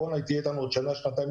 היא תהיה איתנו עוד שנה או שניים,